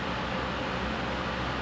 some it's like a choice